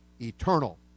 eternal